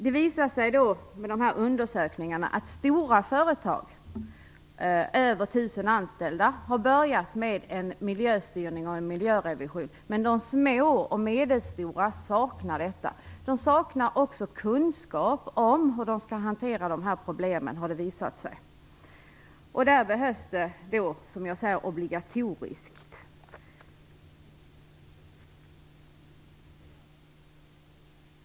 Det har i undersökningarna visat sig att stora företag med över 1 000 anställda har börjat en miljöstyrning och en miljörevision. Men de små och medelstora företagen saknar dessa. De saknar också kunskap om hur de skall hantera problemen. En miljöredovisning behöver göras obligatorisk.